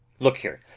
look here!